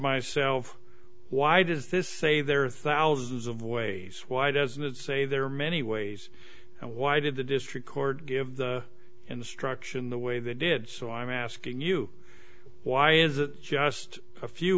myself why does this say there are thousands of ways why doesn't it say there are many ways and why did the district court give the instruction the way they did so i'm asking you why is it just a few